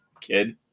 kid